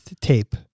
tape